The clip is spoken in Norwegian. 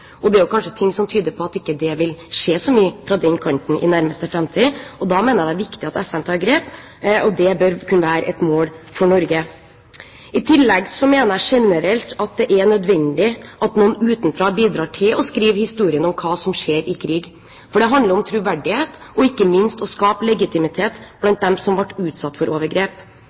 og granskning av hva som skjedde. Det er kanskje ting som tyder på at det ikke vil skje så mye fra den kanten i nærmeste framtid, og da mener jeg det er viktig at FN tar grep. Det bør kunne være et mål for Norge. I tillegg mener jeg generelt at det er nødvendig at noen utenfra bidrar til å skrive historien om hva som skjer i krig, for det handler om troverdighet og ikke minst om å skape legitimitet blant dem som ble utsatt for overgrep.